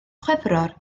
chwefror